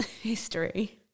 history